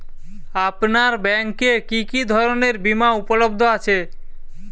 আপনার ব্যাঙ্ক এ কি কি ধরনের বিমা উপলব্ধ আছে?